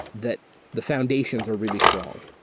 that the foundations are really strong.